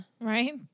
Right